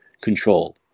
control